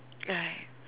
right